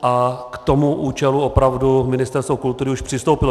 A k tomu účelu opravdu Ministerstvo kultury už přistoupilo.